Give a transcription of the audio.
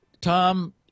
Tom